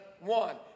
one